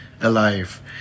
Alive